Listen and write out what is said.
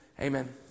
Amen